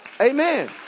Amen